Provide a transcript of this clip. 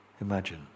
Imagine